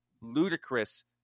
ludicrous